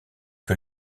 que